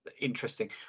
interesting